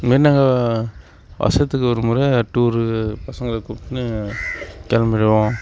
இதுமாரி நாங்கள் வருஷத்துக்கு ஒருமுறை டூரு பசங்களை கூப்பிட்னு கிளம்பிடுவோம்